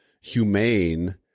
humane